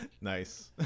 Nice